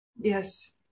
Yes